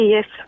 Yes